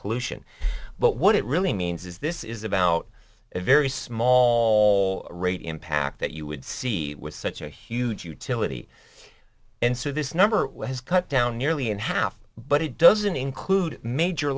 pollution but what it really means is this is about a very small rate impact that you would see with such a huge utility and so this number was cut down nearly in half but it doesn't include major